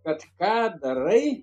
kad ką darai